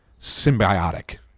symbiotic